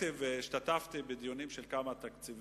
השתתפתי בכמה דיוני תקציב